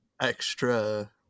extra